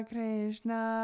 Krishna